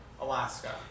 Alaska